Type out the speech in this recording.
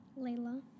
Layla